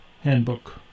Handbook